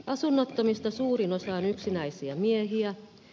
asunnottomista suurin osa on yksinäisiä miehiä